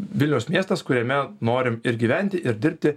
vilniaus miestas kuriame norim ir gyventi ir dirbti